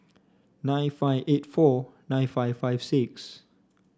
nine five eight four nine five five six